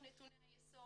ולנתוני היסוד.